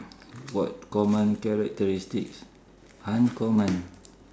what common characteristics uncommon